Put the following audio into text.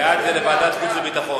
בעד זה לוועדת החוץ והביטחון.